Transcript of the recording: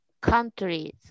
Countries